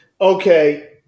Okay